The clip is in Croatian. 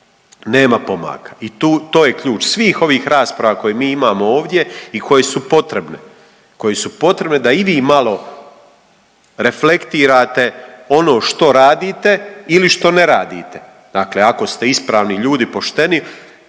nema pomaka. I to je ključ svih ovih rasprava koje mi imamo ovdje i koje su potrebne, koje su potrebne da i vi malo reflektirate ono što radite ili što ne radite. Dakle, ako ste ispravni ljudi, pošteni